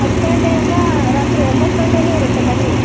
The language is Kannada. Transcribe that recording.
ಹತ್ತು ಗಂಟೆಯಿಂದ ರಾತ್ರಿ ಒಂಬತ್ತು ಗಂಟೆಯೂ ಇರುತ್ತೆ ಬನ್ನಿ